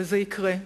וזה יקרה,